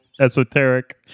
esoteric